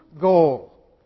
goal